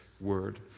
word